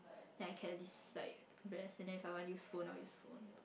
then I can at least like rest and then if I want to use phone then I will use phone